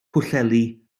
pwllheli